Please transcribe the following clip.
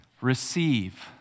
receive